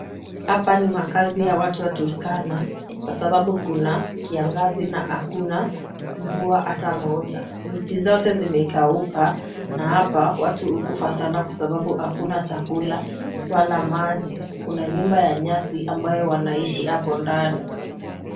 Hapa ni makazi ya watu wa Turkana kwa sababu kuna hakuna mvua hata moja. Miti zote zimekauka na hapa watu hukufa sana kwa sababu hakuna chakula wala maji. Kuna nyumba ya nyasi ambayo wanaishi hapo ndani.